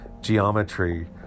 geometry